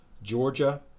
Georgia